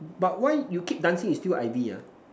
but why you keep dancing it's still I_V ah